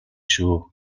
шүү